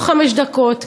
לא לחמש דקות,